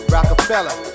Rockefeller